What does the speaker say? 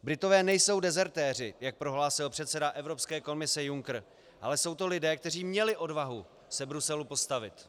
Britové nejsou dezertéři, jak prohlásil předseda Evropské komise Juncker, ale jsou to lidé, kteří měli odvahu se Bruselu postavit.